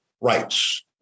rights